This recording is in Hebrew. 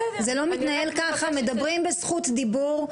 מדברים בזכות דיבור.